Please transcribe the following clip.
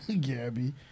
Gabby